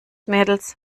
mädels